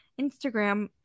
Instagram